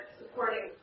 supporting